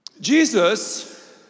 Jesus